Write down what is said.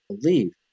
believe